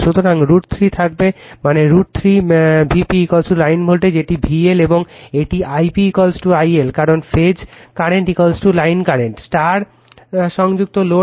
সুতরাং √ 3 থাকবে মানে √ 3 Vp লাইন ভোল্টেজ এটি VL এবং এটি I p I L কারণ ফেজ বর্তমান line current refer time 1439 star star সংযুক্ত লোড